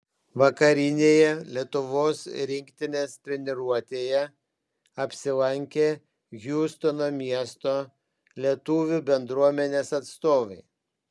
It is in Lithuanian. vakarinėje lietuvos rinktinės treniruotėje apsilankė hjustono miesto lietuvių bendruomenės atstovai